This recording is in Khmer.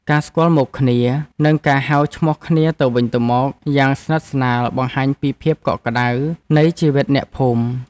ការស្គាល់មុខគ្នា និងការហៅឈ្មោះគ្នាទៅវិញទៅមកយ៉ាងស្និទ្ធស្នាលបង្ហាញពីភាពកក់ក្ដៅនៃជីវិតអ្នកភូមិ។